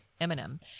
Eminem